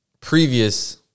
previous